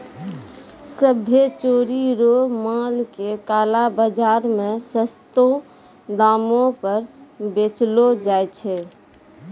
सभ्भे चोरी रो माल के काला बाजार मे सस्तो दामो पर बेचलो जाय छै